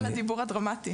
סליחה על הדיבור הדרמטי.